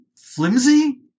flimsy